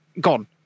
gone